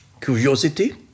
curiosity